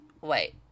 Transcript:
wait